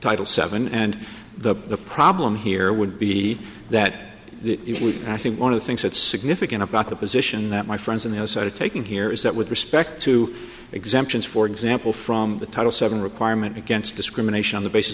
title seven and the problem here would be that i think one of the things that's significant about the position that my friends in the us are taking here is that with respect to exemptions for example from the title seven requirement against discrimination on the basis